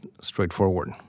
straightforward